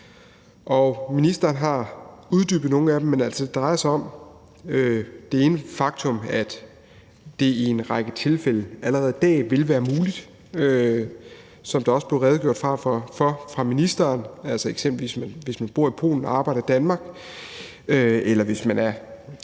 og ministeren har uddybet nogle af dem. Det drejer sig for det første om det faktum, at det i en række tilfælde allerede i dag vil være muligt, som der også blev redegjort for fra ministerens side, altså eksempelvis hvis man bor i Polen og arbejder i Danmark, eller hvis man